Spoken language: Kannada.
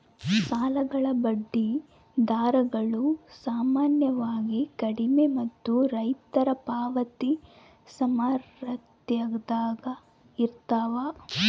ಸಾಲಗಳ ಬಡ್ಡಿ ದರಗಳು ಸಾಮಾನ್ಯವಾಗಿ ಕಡಿಮೆ ಮತ್ತು ರೈತರ ಪಾವತಿ ಸಾಮರ್ಥ್ಯದಾಗ ಇರ್ತವ